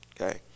Okay